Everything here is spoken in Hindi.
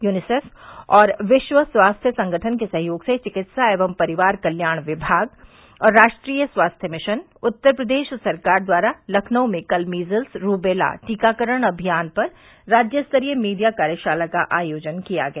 यूनीसेफ और विश्व स्वास्थ्य संगठन के सहयोग से चिकित्सा एवं परिवार कल्याण विमाग और राष्ट्रीय स्वास्थ्य मिशन उत्तर प्रदेश सरकार द्वारा लखनऊ में कल मीजल्स रूबेला टीकाकरण अभियान पर राज्य स्तरीय मीडिया कार्यशाला का आयोजन किया गया